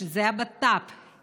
שזה ביטחון הפנים,